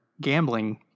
gambling